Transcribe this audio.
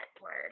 word